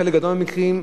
בחלק גדול מהמקרים,